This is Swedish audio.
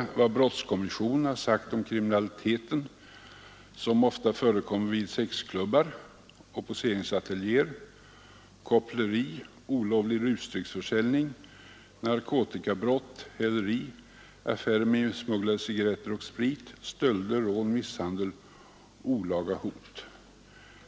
Han anför: ”Brottskommissionen upphåller sig vid den kriminalitet som enligt polisrapporter ofta förekommer vid sexklubbar och poseringsateljéer: koppleri, olovlig rusdrycksförsäljning, narkotikabrott, häleri, affärer med insmugglade cigaretter och sprit, stölder, rån, misshandel, olaga hot osv.